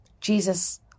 Jesus